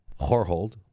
Horhold